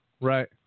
Right